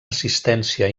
assistència